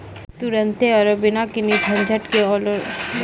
तुरन्ते आरु बिना कोनो झंझट के आटो ऋण लेली कि करै पड़तै?